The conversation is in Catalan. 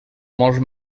molt